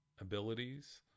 abilities